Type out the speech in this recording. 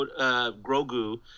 Grogu